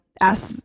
ask